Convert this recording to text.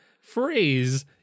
phrase